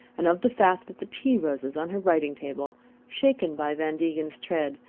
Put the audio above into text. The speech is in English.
and of the fact that the tea-roses on her writing-table, shaken by van degen's tread,